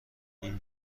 این